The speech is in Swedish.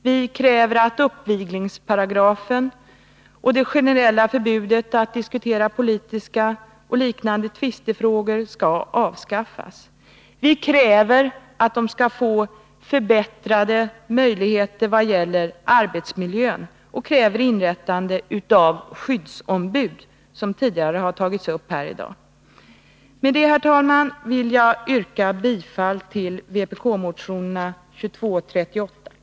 Vi kräver att uppviglingsparagrafen och det generella förbudet att diskutera politiska och liknande frågor skall avskaffas. Vi kräver att de värnpliktiga skall få förbättrade förhållanden vad gäller arbetsmiljön, och vi kräver inrättande av skyddsombud, vilket har berörts tidigare i dag. Med detta, herr talman, vill jag yrka bifall till vpk-motionen 2283.